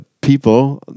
people